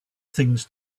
things